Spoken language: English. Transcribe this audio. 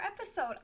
episode